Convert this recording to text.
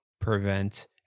prevent